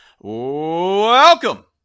Welcome